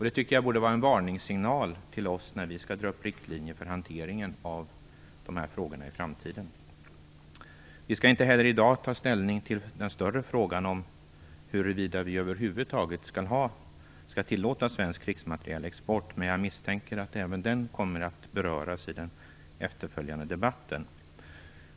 Det borde vara en varningssignal till oss, när vi skall dra upp riktlinjer för hanteringen av dessa frågor i framtiden. Vi skall inte här i dag ta ställning till den större frågan huruvida vi över huvud taget skall tillåta svensk krigsmaterielexport, men jag misstänker att även den kommer att beröras i den efterföljande debatten.